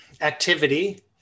activity